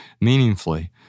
meaningfully